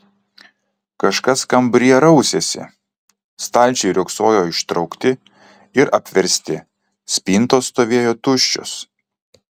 kažkas kambaryje rausėsi stalčiai riogsojo ištraukti ir apversti spintos stovėjo tuščios